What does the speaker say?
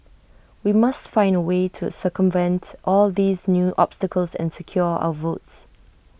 we must find A way to circumvent all these new obstacles and secure our votes